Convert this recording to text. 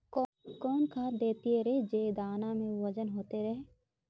कौन खाद देथियेरे जे दाना में ओजन होते रेह?